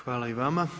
Hvala i vama.